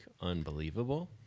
unbelievable